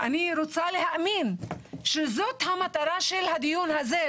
ואני רוצה להאמין שזאת המטרה של הדיון הזה,